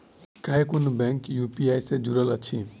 केँ कुन bank UPI सँ जुड़ल अछि?